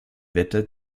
wetter